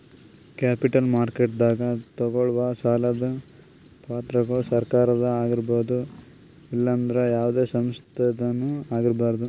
capital ಮಾರ್ಕೆಟ್ದಾಗ್ ತಗೋಳವ್ ಸಾಲದ್ ಪತ್ರಗೊಳ್ ಸರಕಾರದ ಆಗಿರ್ಬಹುದ್ ಇಲ್ಲಂದ್ರ ಯಾವದೇ ಸಂಸ್ಥಾದ್ನು ಆಗಿರ್ಬಹುದ್